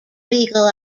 legal